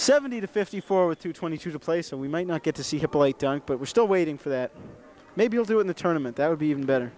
seventy to fifty four to twenty two to play so we might not get to see him play dunk but we're still waiting for that maybe we'll do in the tournament that would be even better